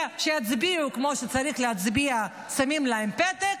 שיצביעו כמו שצריך להצביע, שמים להם פתק,